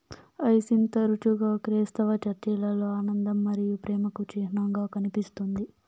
hyacinth తరచుగా క్రైస్తవ చర్చిలలో ఆనందం మరియు ప్రేమకు చిహ్నంగా కనిపిస్తుంది